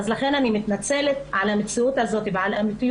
לכן אני מתנצלת על המציאות הזאת ועל האופן